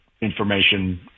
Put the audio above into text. information